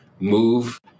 move